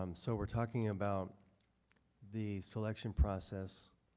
um so we are talking about the selection process.